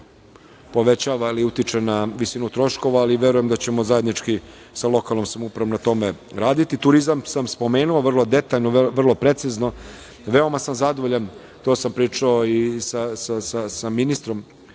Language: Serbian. povećava ili utiče na visinu troškova, ali verujem da ćemo zajednički sa lokalnom samoupravom na tome raditi. Turizam sam spomenuo vrlo detaljno, vrlo precizno. Veoma sam zadovoljan, to sam pričao i sa ministrom